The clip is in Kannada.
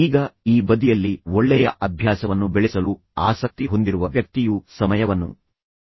ಈಗ ಈ ಬದಿಯಲ್ಲಿ ಒಳ್ಳೆಯ ಅಭ್ಯಾಸವನ್ನು ಬೆಳೆಸಲು ಆಸಕ್ತಿ ಹೊಂದಿರುವ ವ್ಯಕ್ತಿಯು ಸಮಯವನ್ನು ವಿವೇಚನಾಯುಕ್ತವಾಗಿ ಬಳಸುತ್ತಾನೆ